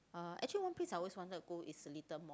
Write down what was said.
uh actually one place I always wanted to go is Seletar-Mall